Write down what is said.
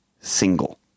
single